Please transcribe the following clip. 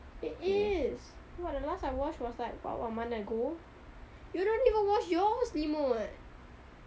it is !wah! the last I wash was like what one month ago you don't even wash your selimut